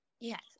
yes